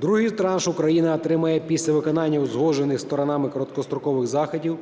Другий транш Україна отримає після виконання узгоджених сторонами короткострокових заходів